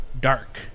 dark